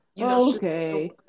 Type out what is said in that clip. Okay